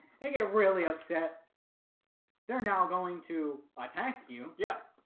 hey it really upset they're now going to attack you yeah